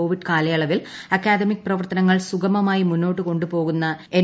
Covid കാലയളവിൽ academic പ്രവ്വീർത്തനങ്ങൾ സുഗമമായി മുന്നോട്ട് കൊണ്ടു പോക്ടൂന്ന് എൻ